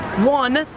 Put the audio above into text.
one,